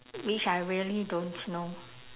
which I really don't know